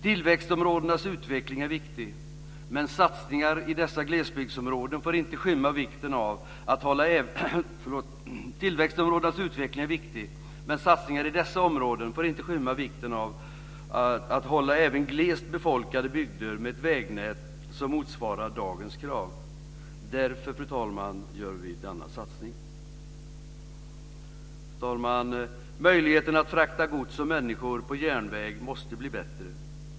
Tillväxtområdenas utveckling är viktig, men satsningar i dessa områden får inte skymma vikten av att även hålla glest befolkade bygder med ett vägnät som motsvarar dagens krav. Därför gör vi denna satsning, fru talman. Fru talman! Möjligheten att frakta gods och människor på järnväg måste bli bättre.